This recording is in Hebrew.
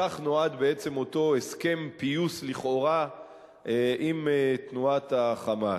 לכך נועד בעצם אותו הסכם פיוס לכאורה עם תנועת ה"חמאס".